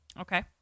Okay